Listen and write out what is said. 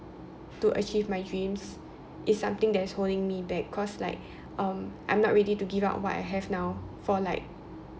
to achieve my dreams is something that is holding me back cause like um I'm not ready to give up what I have now for like